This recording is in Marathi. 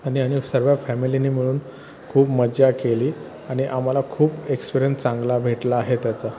आणिआणि सर्व फॅमिलिनी मिळून खूप मज्जा केली आणि आम्हाला खूप एक्सप्रीयन्स चांगला भेटला आहे त्याचा